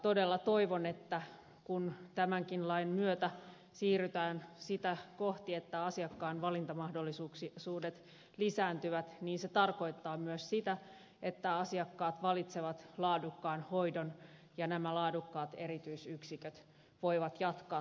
todella toivon että kun tämänkin lain myötä siirrytään sitä kohti että asiakkaan valintamahdollisuudet lisääntyvät niin se tarkoittaa myös sitä että asiakkaat valitsevat laadukkaan hoidon ja nämä laadukkaat erityisyksiköt voivat jatkaa toimintaansa